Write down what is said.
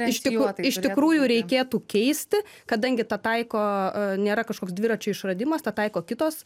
iš tikrųjų iš tikrųjų reikėtų keisti kadangi tą taiko nėra kažkoks dviračio išradimas tą taiko kitos